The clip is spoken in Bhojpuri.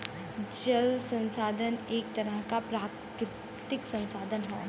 जल संसाधन एक तरह क प्राकृतिक संसाधन होला